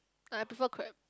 I prefer crab